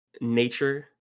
nature